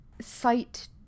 site